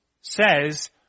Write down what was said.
says